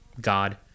God